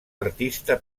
artista